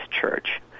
church